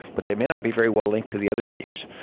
but they may not be very well linked to the other teams.